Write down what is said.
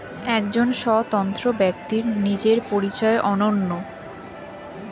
একজন স্বতন্ত্র ব্যক্তির নিজের পরিচয় অনন্য